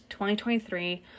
2023